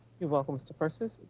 you're welcome mr. persis,